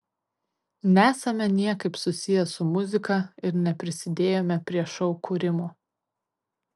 nesame niekaip susiję su muzika ir neprisidėjome prie šou kūrimo